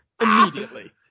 Immediately